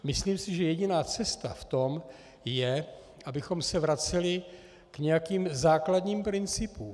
Myslím si, že jediná cesta v tom je, abychom se vraceli k nějakým základním principům.